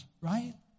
right